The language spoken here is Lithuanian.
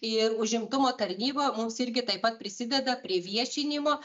ir užimtumo tarnyba mums irgi taip pat prisideda prie viešinimo